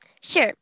Sure